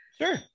Sure